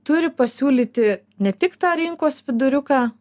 turi pasiūlyti ne tik tą rinkos viduriuką